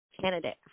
candidate